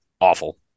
awful